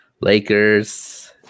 Lakers